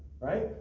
right